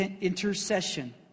intercession